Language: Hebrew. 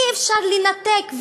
אי-אפשר לנתק,